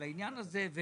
דיון על העניין הזה,